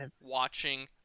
watching